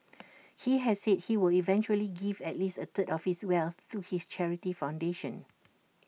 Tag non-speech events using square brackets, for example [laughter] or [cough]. [noise] he has said he will eventually give at least A third of his wealth to his charity foundation